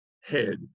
head